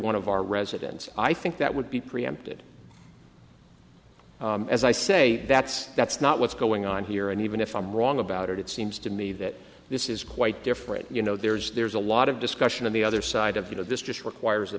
one of our residents i think that would be preempted as i say that's that's not what's going on here and even if i'm wrong about it it seems to me that this is quite different you know there's there's a lot of discussion of the other side of you know this just requires